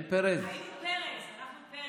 לאבא אמרו: אין פרז, יש פרץ.